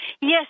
Yes